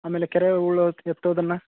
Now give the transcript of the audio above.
ಆಮೇಲೆ ಕೆರೆ ಹೂಳೋತ್ ಎತ್ತೋದನ್ನು